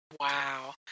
Wow